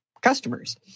customers